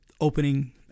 opening